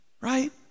right